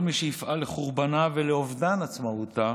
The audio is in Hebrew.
כל מי שיפעל לחורבנה ולאובדן עצמאותה